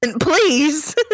Please